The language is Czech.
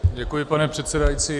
Děkuji, pane předsedající.